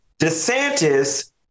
DeSantis